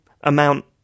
amount